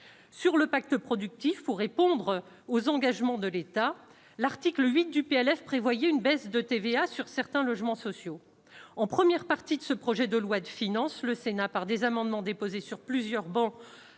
sur le pacte productif pour répondre aux engagements de l'État, l'article 8 du PLF prévoyait une baisse de TVA sur certains logements sociaux en première partie de ce projet de loi de finances, le Sénat par des amendements déposés sur plusieurs bancs